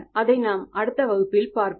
அதை நாம் அடுத்த வகுப்பில் பார்ப்போம்